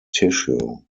tissue